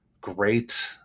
great